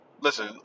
Listen